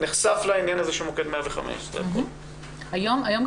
נחשף לעניין הזה של מוקד 105. היום גם